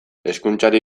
hezkuntzari